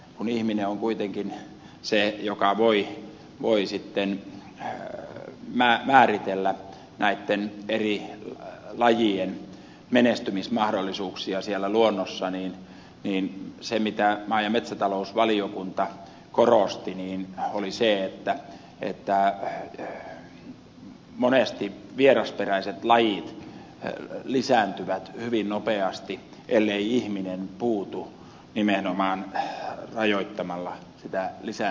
kun ihminen on kuitenkin se joka voi sitten määritellä näitten eri lajien menestymismahdollisuuksia siellä luonnossa niin se mitä maa ja metsätalousvaliokunta korosti oli se että monesti vierasperäiset lajit lisääntyvät hyvin nopeasti ellei ihminen puutu nimenomaan rajoittamalla sitä lisääntymistä